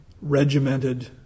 regimented